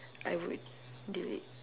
I would delete